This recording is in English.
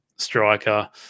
striker